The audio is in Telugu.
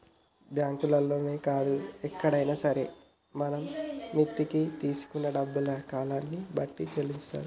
బ్యాంకుల్లోనే కాదు ఎక్కడైనా సరే మనం మిత్తికి తీసుకున్న డబ్బుల్ని కాలాన్ని బట్టి చెల్లిత్తారు